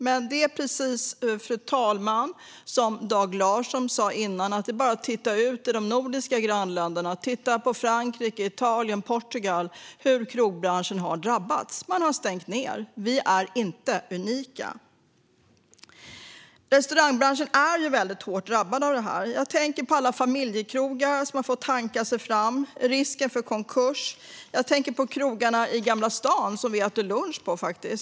Men, fru talman, det är precis som Dag Larsson sa tidigare: Det är bara att titta på våra nordiska grannländer eller på Frankrike, Italien och Portugal och se hur krogbranschen har drabbats. Man har stängt ned. Vi är inte unika. Restaurangbranschen är ju väldigt hårt drabbad av detta. Jag tänker på alla familjekrogar som har fått hanka sig fram, med risk för konkurs. Jag tänker på krogarna i Gamla stan som vi äter lunch på.